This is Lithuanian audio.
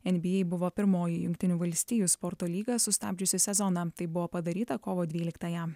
nba buvo pirmoji jungtinių valstijų sporto lyga sustabdžiusi sezoną tai buvo padaryta kovo dvyliktąją